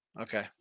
Okay